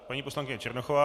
Paní poslankyně Černochová.